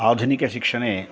आधुनिकशिक्षणे